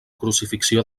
crucifixió